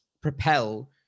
propel